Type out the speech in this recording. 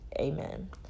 Amen